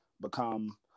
become